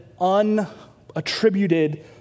unattributed